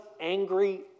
angry